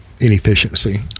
Inefficiency